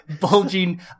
bulging